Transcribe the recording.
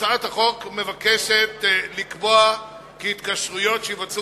בהצעת החוק מוצע לקבוע כי התקשרויות שיבצעו